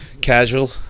Casual